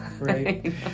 Right